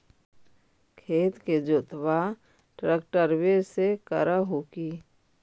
खेत के जोतबा ट्रकटर्बे से कर हू की?